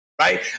right